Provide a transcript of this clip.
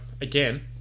again